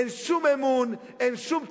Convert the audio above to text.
אין שום אמון, אין שום ציפיות.